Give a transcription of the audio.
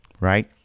Right